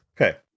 Okay